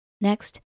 Next